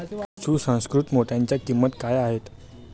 सुसंस्कृत मोत्यांच्या किंमती काय आहेत